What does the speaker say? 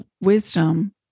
wisdom